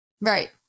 Right